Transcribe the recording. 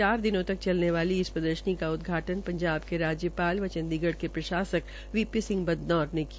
चार दिन तक चलने वाली इस प्रदर्शनी का उदघाटन जाब के राज्य ाल व चंडीगढ़ के प्रशासक बी ी सिंह बदनौर ने किया